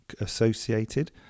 associated